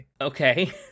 Okay